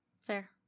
fair